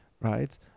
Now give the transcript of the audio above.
Right